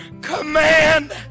command